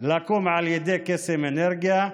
לקום על ידי קסם אנרגיה,